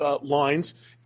lines